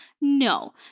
No